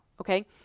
okay